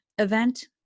Event